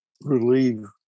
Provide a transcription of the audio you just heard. relieve